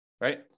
right